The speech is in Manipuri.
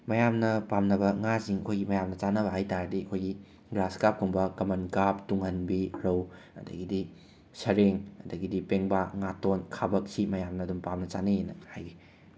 ꯃꯌꯥꯝꯅ ꯄꯥꯝꯅꯕ ꯉꯥꯁꯤꯡ ꯑꯩꯈꯣꯏꯒꯤ ꯃꯌꯥꯝꯅ ꯆꯥꯅꯕ ꯍꯥꯏ ꯇꯥꯔꯗꯤ ꯑꯩꯈꯣꯏꯒꯤ ꯒ꯭ꯔꯥꯁ ꯀꯥꯞꯀꯨꯝꯕ ꯀꯃꯟ ꯀꯥꯞ ꯇꯨꯡꯍꯟꯕꯤ ꯔꯧ ꯑꯗꯒꯤꯗꯤ ꯁꯔꯦꯡ ꯑꯗꯒꯤꯗꯤ ꯄꯦꯡꯕꯥ ꯉꯥꯇꯣꯟ ꯈꯥꯕꯛ ꯁꯤ ꯃꯌꯥꯝꯅ ꯑꯗꯨꯝ ꯄꯥꯝꯅ ꯆꯥꯅꯩꯌꯦꯅ ꯍꯥꯏꯒꯦ